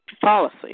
policy